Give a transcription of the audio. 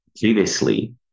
previously